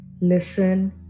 listen